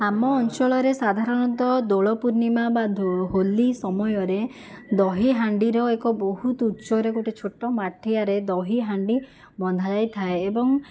ଆମ ଅଞ୍ଚଳରେ ସାଧାରଣତଃ ଦୋଳ ପୂର୍ଣ୍ଣିମା ବା ଦୋ ହୋଲି ସମୟରେ ଦହି ହାଣ୍ଡିର ଏକ ବହୁତ ଉଚ୍ଚରେ ଗୋଟିଏ ଛୋଟ ମାଠିଆର ଦହି ହାଣ୍ଡି ବନ୍ଧା ଯାଇଥାଏ ଏବଂ